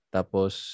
Tapos